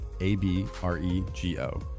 A-B-R-E-G-O